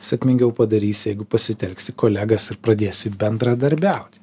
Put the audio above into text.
sėkmingiau padarysi jeigu pasitelksi kolegas ir pradėsi bendradarbiauti